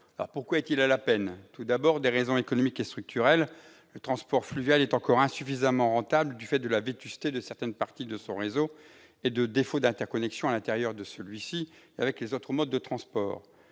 pourquoi est-il à la peine ? Pour des raisons économiques et structurelles, tout d'abord : le transport fluvial est encore insuffisamment rentable du fait de la vétusté de certaines parties du réseau et de défauts d'interconnexion, en son sein ou avec les autres modes de transport.